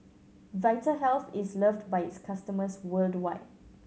Vitahealth is loved by its customers worldwide